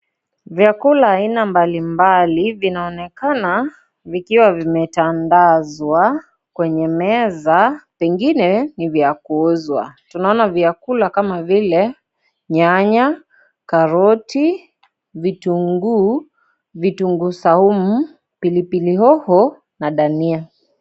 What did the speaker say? Vyakula aina mbalimbali vinaonekana vikiwa vimetandazwa kwenye meza. Pengine ni vya kuuzwa tunaona vyakula kama vile nyanya, karoti vitunguu, vitunguu saumu pilipili hoho na dania.